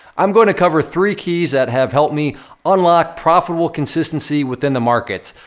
i'm going to cover three keys that have helped me unlock profitable consistency within the markets.